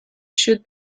should